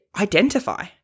identify